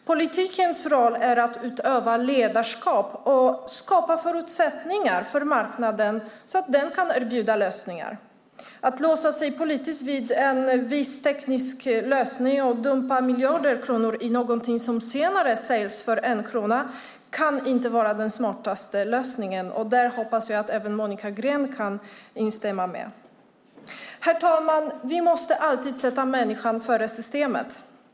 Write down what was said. Politikens roll är att utöva ledarskap och skapa förutsättningar för marknaden så att den kan erbjuda lösningar. Att låsa sig politiskt vid en viss teknisk lösning och dumpa miljarder kronor i någonting som senare säljs för en krona kan inte vara den smartaste lösningen. Det hoppas jag att även Monica Green kan instämma i. Herr talman! Vi måste alltid sätta människan före systemet.